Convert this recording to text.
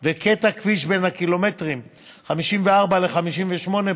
קטע הכביש בין הקילומטרים 54 ו-58,